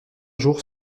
jour